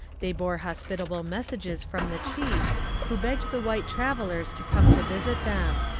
they bore hospitable messages from the chiefs, who begged the white travellers to come to visit them.